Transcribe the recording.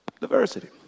Diversity